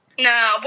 No